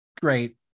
Great